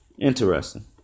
Interesting